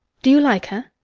do you like her?